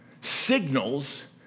signals